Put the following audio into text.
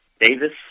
Davis